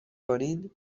کنین